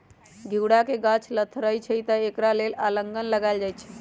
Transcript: घिउरा के गाछ लथरइ छइ तऽ एकरा लेल अलांन लगायल जाई छै